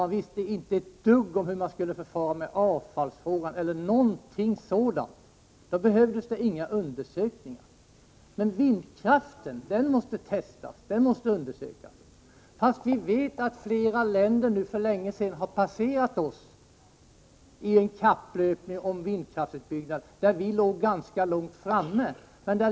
Man visste ingenting om hur man skulle förfara med avfallsfrågan eller någonting sådant. Då behövdes det inga undersökningar. Men vindkraften måste testas och undersökas fast vi vet att flera länder för länge sedan passerat oss i en kapplöpning om vindkraft, där vi låg ganska långt framme.